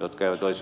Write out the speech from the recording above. jotka eivät olisi yhtä tärkeitä